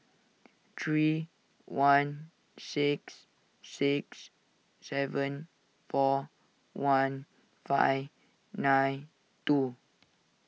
three one six six seven four one five nine two